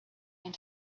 and